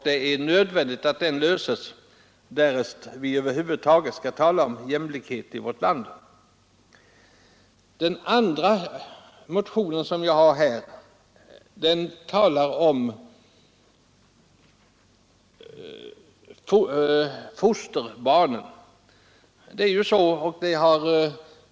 Det är nödvändigt att problemet löses för att vi över huvud taget skall kunna tala om jämlikhet i vårt land. Min andra motion i detta ärende gäller rätten till vårdnadsbidrag för vård av handikappade fosterbarn.